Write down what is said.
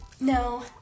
No